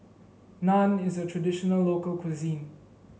naan is a traditional local cuisine